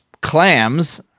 clams